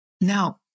Now